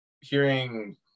hearing